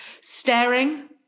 staring